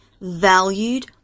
valued